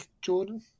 Jordan